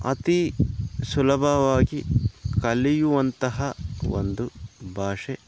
ಅತಿ ಸುಲಭವಾಗಿ ಕಲಿಯುವಂತಹ ಒಂದು ಭಾಷೆ